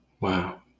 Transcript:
Wow